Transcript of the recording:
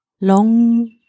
long